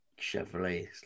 Chevrolet